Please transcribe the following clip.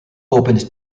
opened